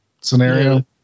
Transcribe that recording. scenario